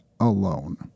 alone